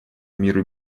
миру